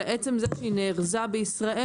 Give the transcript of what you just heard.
אלא עצם זה שהיא נארזה בישראל,